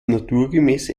naturgemäß